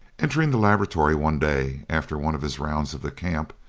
entering the laboratory one day after one of his rounds of the camp,